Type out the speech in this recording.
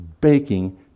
baking